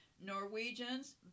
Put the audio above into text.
Norwegians